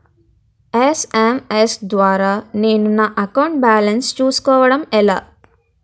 SMS ద్వారా నేను నా అకౌంట్ బాలన్స్ చూసుకోవడం ఎలా?